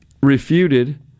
Refuted